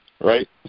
right